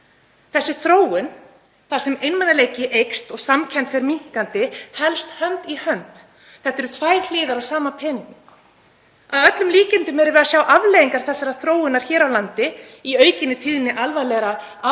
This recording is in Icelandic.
Þessi þróun þar sem einmanaleiki eykst og samkennd fer minnkandi helst hönd í hönd. Þetta eru tvær hliðar á sama peningnum. Að öllum líkindum erum við að sjá afleiðingar þessarar þróunar hér á landi í aukinni tíðni alvarlegra